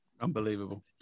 Unbelievable